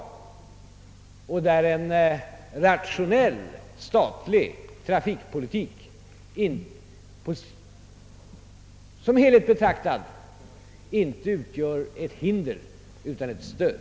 I samband därmed utgör en rationell statlig trafikpolitik som helhet betraktad inte något hinder utan ett stöd.